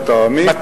לטעמי,